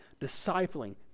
Discipling